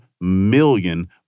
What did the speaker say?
million